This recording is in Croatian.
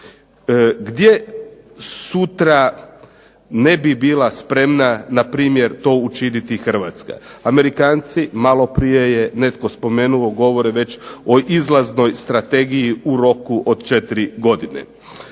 gdje sutra ne bi bila spremna sutra učiniti Hrvatska. Amerikanci malo prije je netko spomenuo govore već o izlaznoj strategiji u roku od četiri godine.